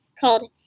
called